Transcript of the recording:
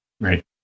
right